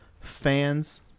fans